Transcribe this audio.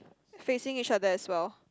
facing each other as well